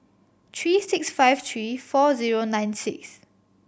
three six five three four zero nine six